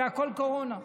זה הכול בקורונה.